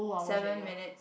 seven minutes